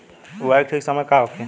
बुआई के ठीक समय का होखे?